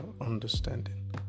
understanding